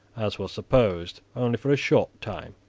as was supposed, only for a short time.